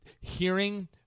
hearing